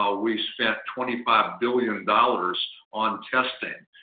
ah we spent twenty five billion dollars on testing,